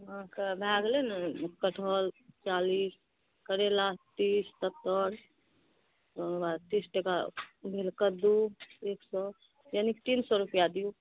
अहाँके भए गेलै ने कठहल चालीस करैला तीस सत्तरि आओर ओकर बाद तीस टका भेल कद्दू एक सए यानि कि तीन सए रुपैआ दियौ